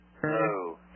Hello